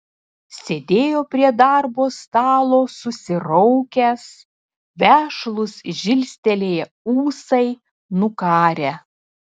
sėdėjo prie darbo stalo susiraukęs vešlūs žilstelėję ūsai nukarę